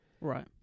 right